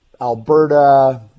Alberta